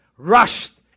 rushed